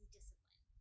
discipline